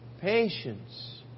Patience